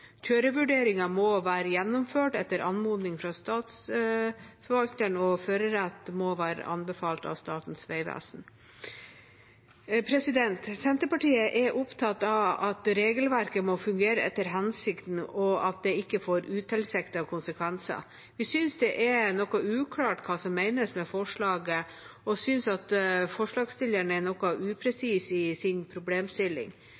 må være gjennomført etter anmodning fra Statsforvalteren, og førerrett må være anbefalt av Statens vegvesen. Senterpartiet er opptatt av at regelverket må fungere etter hensikten, og at det ikke får utilsiktede konsekvenser. Vi synes det er noe uklart hva som menes med forslaget, og synes at forslagsstilleren er noe